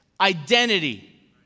identity